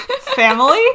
Family